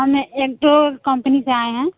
हमें एक दो कंपनी से आए हैं